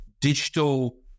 digital